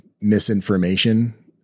misinformation